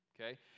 okay